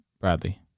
Bradley